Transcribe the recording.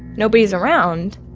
nobody's around.